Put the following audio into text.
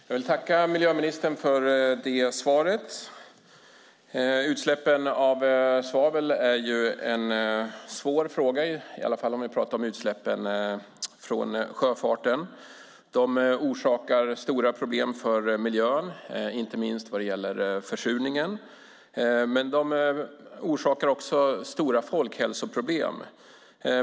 Fru talman! Jag vill tacka miljöministern för svaret. Utsläppen av svavel är en svår fråga, i alla fall om vi pratar om utsläppen från sjöfarten. De orsakar stora problem för miljön, inte minst vad gäller försurningen. De orsakar också stora folkhälsoproblem.